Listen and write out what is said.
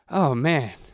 oh man!